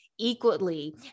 equally